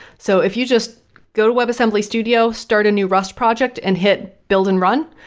so if you just go to web assembly studio, start a new rust project and hit build and run,